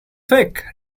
fake